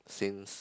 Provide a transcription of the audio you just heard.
since